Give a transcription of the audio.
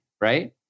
right